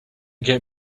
get